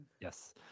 Yes